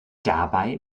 dabei